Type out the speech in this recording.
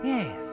Yes